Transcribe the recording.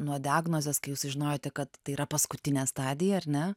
nuo diagnozės kai jūs sužinojote kad tai yra paskutinė stadija ar ne